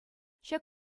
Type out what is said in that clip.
ҫак